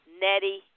Nettie